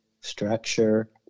structure